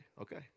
okay